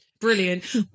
Brilliant